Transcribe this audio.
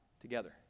together